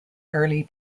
early